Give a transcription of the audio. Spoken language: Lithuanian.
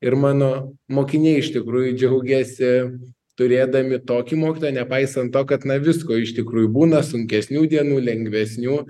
ir mano mokiniai iš tikrųjų džiaugiasi turėdami tokį mokytoją nepaisant to kad na visko iš tikrųjų būna sunkesnių dienų lengvesnių